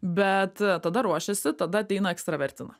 bet tada ruošiasi tada ateina ekstravertina